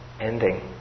ending